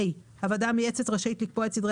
הועדה המייעצת רשאית לקבוע את סדרי